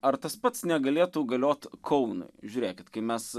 ar tas pats negalėtų galiot kaunui žiūrėkit kai mes